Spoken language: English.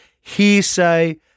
hearsay